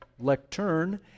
lectern